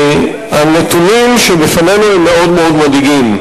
הנתונים שבפנינו מאוד מאוד מדאיגים.